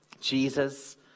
Jesus